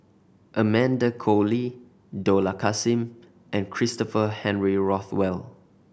Amanda Koe Lee Dollah Kassim and Christopher Henry Rothwell